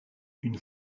une